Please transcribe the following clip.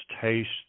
taste